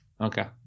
Okay